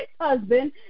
husband